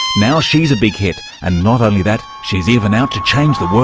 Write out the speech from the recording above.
now she's a big hit. and not only that, she's even out to change the world.